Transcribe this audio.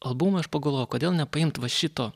albumui aš pagalvojau o kodėl nepaimt va šito